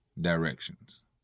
directions